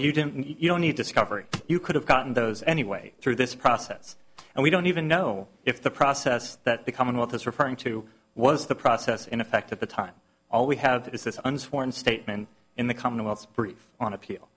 you didn't you don't need discovery you could have gotten those anyway through this process and we don't even know if the process that becoming what this referring to was the process in effect at the time all we have is this unsworn statement in the commonwealth's brief on appeal